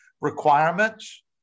requirements